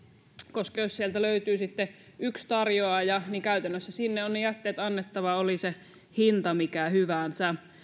koska jos sieltä löytyy sitten yksi tarjoaja niin käytännössä sinne on ne jätteet annettava oli se hinta mikä hyvänsä